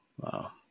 Wow